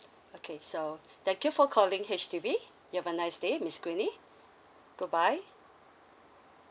okay so thank you for calling H_D_B you have a nice day miss queenie goodbye